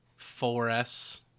4S